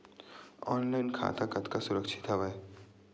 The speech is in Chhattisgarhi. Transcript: ऑनलाइन खाता कतका सुरक्षित हवय?